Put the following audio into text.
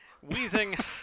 wheezing